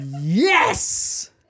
Yes